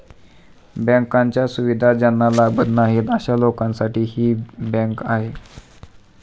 बँकांच्या सुविधा ज्यांना लाभत नाही अशा लोकांसाठी ही बँक आहे